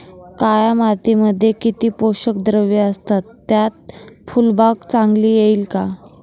काळ्या मातीमध्ये किती पोषक द्रव्ये असतात, त्यात फुलबाग चांगली येईल का?